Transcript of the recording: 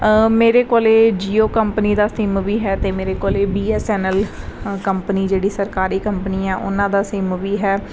ਮੇਰੇ ਕੋਲ ਜੀਓ ਕੰਪਨੀ ਦਾ ਸਿਮ ਵੀ ਹੈ ਅਤੇ ਮੇਰੇ ਕੋਲ ਇਹ B S N L company ਜਿਹੜੀ ਸਰਕਾਰੀ ਕੰਪਨੀ ਆ ਉਹਨਾਂ ਦਾ ਸਿਮ ਵੀ ਹੈ